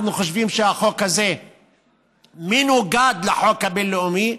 אנחנו חושבים שהחוק הזה מנוגד לחוק הבין-לאומי.